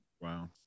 Wow